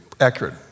accurate